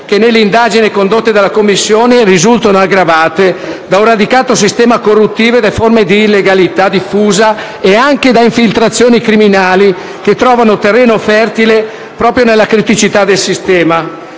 che nelle indagini condotte dalla Commissione risultano aggravate da un radicato sistema corruttivo, da forme di illegalità diffusa e anche da infiltrazioni criminali, che trovano terreno fertile proprio nella criticità del sistema.